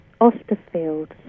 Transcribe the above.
Osterfield